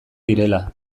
direla